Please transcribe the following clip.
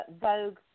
Vogue